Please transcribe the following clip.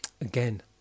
Again